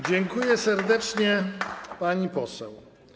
Dziękuję serdecznie, pani poseł.